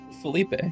Felipe